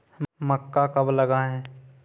मक्का कब लगाएँ?